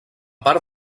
part